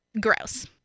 Gross